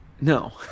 No